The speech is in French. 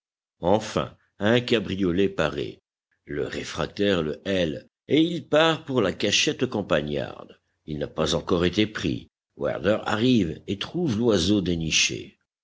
enfin un cabriolet paraît le réfractaire le hèle et il part pour la cachette campagnarde il n'a pas encore été pris werther arrive et trouve l'oiseau déniché